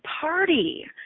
party